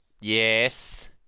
Yes